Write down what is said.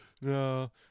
No